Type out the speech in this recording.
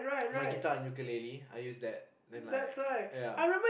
my guitar and ukelele I use that then like ya